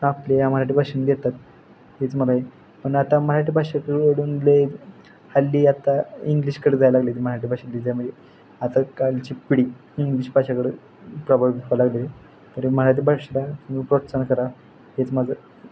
आपल्या या मराठी भाषेने देतात हेच मला आहे पण आता मराठी भाषाकडे अडूनले हल्ली आता इंग्लिशकडे जाय लागली ती मराठी भाषा त्याच्यामुळे आता कालची पिढी इंग्लिश भाषाकडं प्रभाव घेतवा लागली तर मराठी भाषा तुम्ही प्रोत्साहन करा हेच माझं